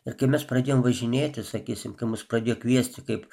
ir kai mes pradėjom važinėti sakysim kai mus pradėjo kviesti kaip